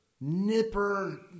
Nipper